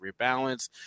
rebalance